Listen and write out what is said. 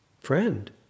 Friend